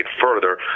further